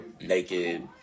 naked